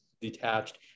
detached